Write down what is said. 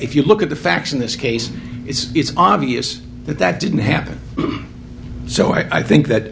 if you look at the facts in this case it's obvious that that didn't happen so i think that